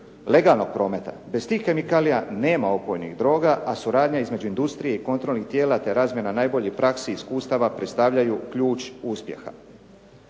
legalnog prometa. Bez tih kemikalija nema opojnih droga, a suradnja između industrije i kontrolnih tijela te razmjena najboljih praksi, iskustava predstavljaju ključ uspjeha.